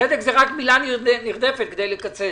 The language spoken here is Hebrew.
צדק היא רק מילה נרדפת כדי לקצר.